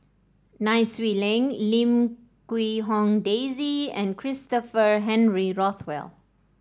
Nai Swee Leng Lim Quee Hong Daisy and Christopher Henry Rothwell